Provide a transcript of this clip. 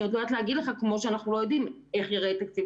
אני לא יודעת לומר לך כמו שאנחנו לא יודעים איך ייראה תקציב